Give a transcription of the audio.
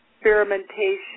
experimentation